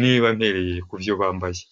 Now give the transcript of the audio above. Niba mpereye ku byo bambaye.